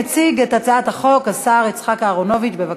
את חבר הכנסת שמעון אוחיון ואת חבר הכנסת רוברט אילטוב